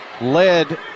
led